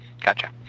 Gotcha